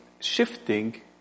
shifting